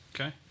Okay